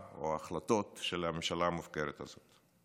או ההחלטות של הממשלה המופקרת הזאת.